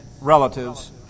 relatives